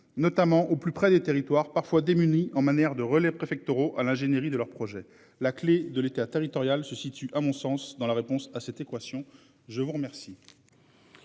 notamment au plus près des territoires parfois démunis en matière de relais préfectoraux à l'ingénierie de leur projet. La clé de l'État, territorial se situe à mon sens dans la réponse à cette équation. Je vous remercie.